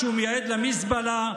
שהוא מייעד למזבלה,